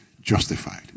Justified